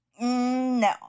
No